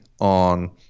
on